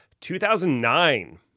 2009